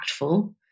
impactful